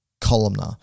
columnar